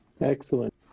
excellent